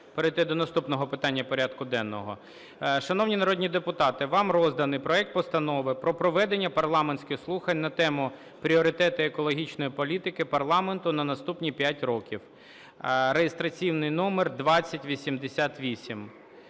перейти до наступного питання порядку денного. Шановні народні депутати, вам розданий проект Постанови про проведення парламентських слухань на тему: "Пріоритети екологічної політики парламенту на наступні 5 років" (реєстраційний номер 2088).